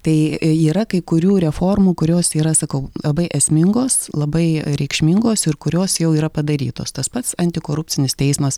tai yra kai kurių reformų kurios yra sakau labai esmingos labai reikšmingos ir kurios jau yra padarytos tas pats antikorupcinis teismas